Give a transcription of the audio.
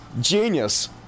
genius